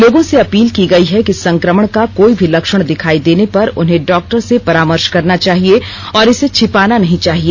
लोगों से अपील की गई है कि संक्रमण का कोई भी लक्षण दिखाई देने पर उन्हें डॉक्टर से परामर्श करना चाहिए और इसे छिपाना नहीं चाहिए